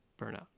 Burnout